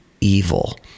evil